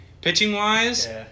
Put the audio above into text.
Pitching-wise